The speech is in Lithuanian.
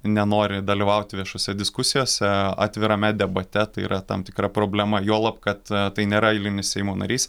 nenori dalyvauti viešose diskusijose atvirame debate tai yra tam tikra problema juolab kad tai nėra eilinis seimo narys